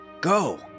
Go